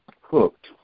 Hooked